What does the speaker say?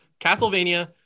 castlevania